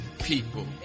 people